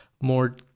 more